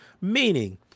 Meaning